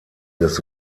des